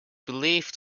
believed